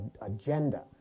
agenda